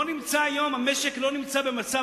המשק לא נמצא במצב,